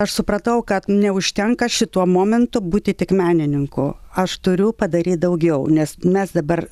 aš supratau kad neužtenka šituo momentu būti tik menininku aš turiu padaryt daugiau nes mes dabar